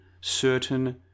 certain